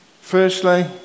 firstly